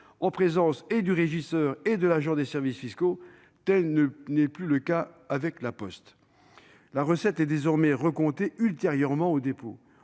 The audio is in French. en présence à la fois du régisseur et de l'agent des services fiscaux, la procédure a changé avec La Poste. La recette est désormais recomptée ultérieurement au dépôt.